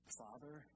father